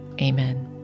Amen